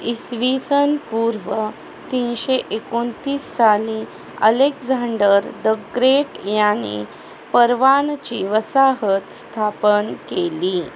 इसवी सन पूर्व तीनशे एकोणतीस साली अलेक्झांडर द ग्रेट याने परवानची वसाहत स्थापन केली